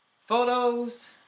photos